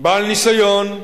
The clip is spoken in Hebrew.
בעל ניסיון,